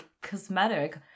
cosmetic